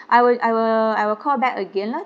I will I will I will call back again lah